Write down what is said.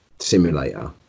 simulator